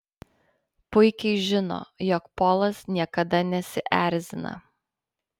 puikiai žino jog polas niekada nesierzina